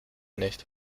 nicht